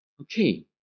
okay